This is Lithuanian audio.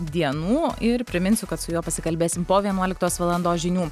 dienų ir priminsiu kad su juo pasikalbėsim po vienuoliktos valandos žinių